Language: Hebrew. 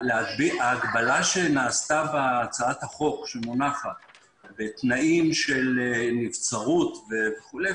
ההגבלה שנעשתה בהצעת החוק שמונחת בתנאים של נבצרות וכולי,